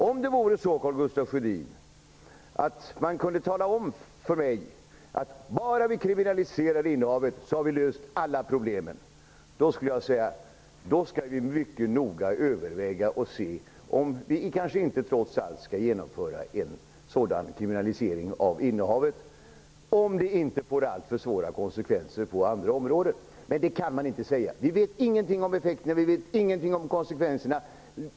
Om man, Karl Gustaf Sjödin, kunde tala om för mig att alla problem löses bara vi kriminaliserar innehavet, då skulle jag säga: Vi skall mycket noga överväga och se om vi kanske inte trots allt skall införa en kriminalisering av innehavet, om det inte får alltför svåra konsekvenser på andra områden. Men det kan man inte säga. Vi vet ingenting om effekterna, ingenting om konsekvenserna.